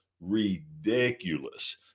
ridiculous